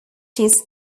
his